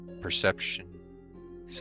Perception